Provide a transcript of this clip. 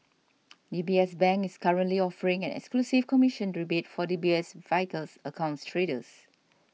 D B S Bank is currently offering an exclusive commission rebate for D B S Vickers accounts traders